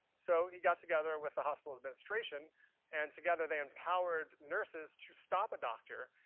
so, he got together with the hospital administration and together they empowered nurses to stop a doctor,